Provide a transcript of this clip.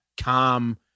calm